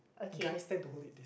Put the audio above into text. guys tend to hold it this